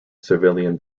civilian